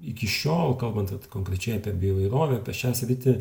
iki šiol kalbant vat konkrečiai apie bio įvairovę apie šią sritį